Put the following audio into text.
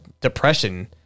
depression